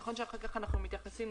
נכון שאחר כך יש את